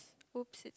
!oops! it's